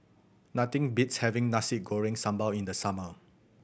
nothing beats having Nasi Goreng Sambal in the summer